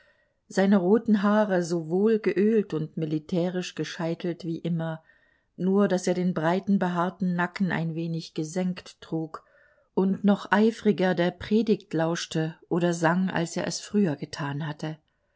seine roten haare so wohl geölt und militärisch gescheitelt wie immer nur daß er den breiten behaarten nacken ein wenig gesenkt trug und noch eifriger der predigt lauschte oder sang als er es früher getan hatte